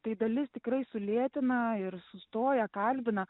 tai dalis tikrai sulėtina ir sustoja kalbina